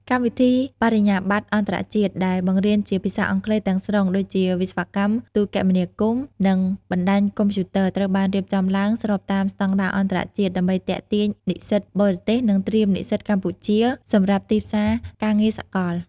កម្មវិធីបរិញ្ញាបត្រអន្តរជាតិដែលបង្រៀនជាភាសាអង់គ្លេសទាំងស្រុង ដូចជា វិស្វកម្មទូរគមនាគមន៍ និងបណ្តាញកុំព្យូទ័រ ត្រូវបានរៀបចំឡើងស្របតាមស្តង់ដារអន្តរជាតិ ដើម្បីទាក់ទាញនិស្សិតបរទេស និងត្រៀមនិស្សិតកម្ពុជាសម្រាប់ទីផ្សារការងារសកល។